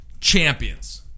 Champions